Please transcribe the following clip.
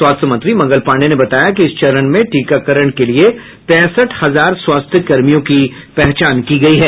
स्वास्थ्य मंत्री मंगल पांडेय ने बताया कि इस चरण में टीकाकरण के लिए पैंसठ हजार स्वास्थ्य कर्मियों की पहचान की गयी है